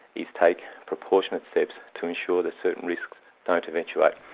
is take proportionate steps to ensure that certain risks don't eventuate.